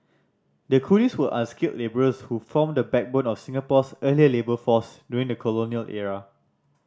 the coolies were unskilled labourers who formed the backbone of Singapore's earlier labour force during the colonial era